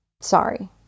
Sorry